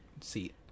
seat